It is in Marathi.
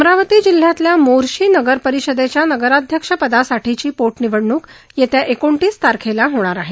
अमरावती जिल्ह्यातल्या मोर्शी नगर परिषदेच्या नगराध्यक्षपदासाठीची पोट निवडणूक येत्या एकोणतीस तारखेला होणार आहे